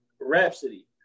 Rhapsody